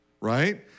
right